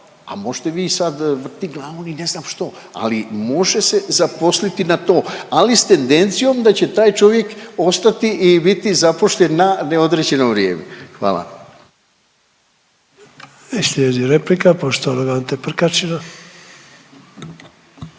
a možete vi sad vrtit glavom i ne znam što, ali može se zaposliti na to ali s tendencijom da će taj čovjek ostati i biti zaposlen na neodređeno vrijeme. Hvala. **Sanader, Ante (HDZ)** Slijedi replika poštovanog Ante Prkačina.